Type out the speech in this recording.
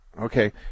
Okay